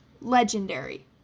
Legendary